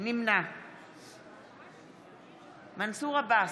נמנע מנסור עבאס,